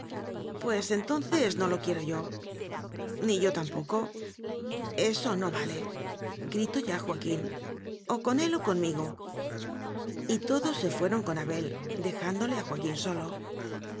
pues entonces no lo quiero yo ni yo tampoco eso no valegritó ya joaquín o con él o conmigo y todos se fueron con abel dejándole a joaquín solo